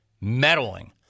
meddling